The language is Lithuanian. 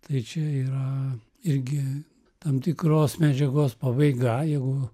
tai čia yra irgi tam tikros medžiagos pabaiga jeigu